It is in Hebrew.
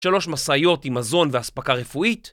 שלוש משאיות עם מזון ואספקה רפואית.